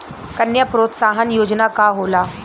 कन्या प्रोत्साहन योजना का होला?